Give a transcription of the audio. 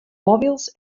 mòbils